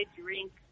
drink